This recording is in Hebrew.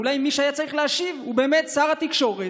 אולי מי שהיה צריך להשיב הוא באמת שר התקשורת,